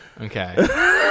Okay